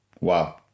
wow